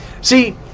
See